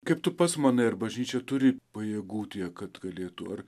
kaip tu pats manai ar bažnyčia turi pajėgų tiek kad galėtų ar